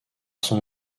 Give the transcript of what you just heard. son